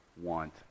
want